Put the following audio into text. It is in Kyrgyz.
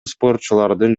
спортчулардын